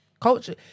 culture